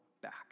back